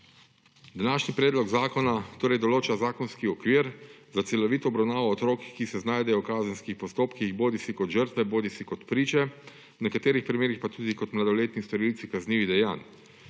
Današnji predlog zakona torej določa zakonski okvir za celovito obravnavo otrok, ki se znajdejo v kazenskih postopkih bodisi kot žrtve bodisi kot priče, v nekaterih primerih pa tudi kot mladoletni storilci kaznivih dejanj.